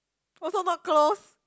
also not close